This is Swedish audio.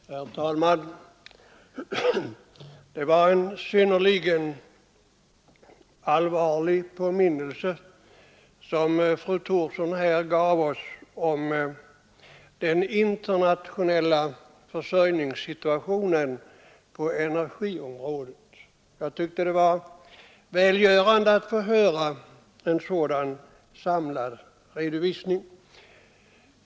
Herr talman! Det var en synnerligen allvarlig påminnelse som fru Thorsson här gav oss om den internationella försörjningssituationen på energiområdet. Det var välgörande att få höra en sådan samlad redovisning.